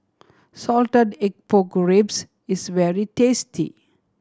salted egg pork ribs is very tasty